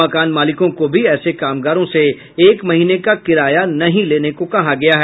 मकान मालिकों को भी ऐसे कामगारों से एक महीने का किराया नहीं लेने को कहा गया है